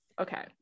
Okay